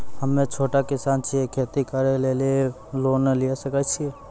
हम्मे छोटा किसान छियै, खेती करे लेली लोन लिये सकय छियै?